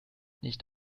nicht